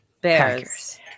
Bears